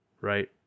Right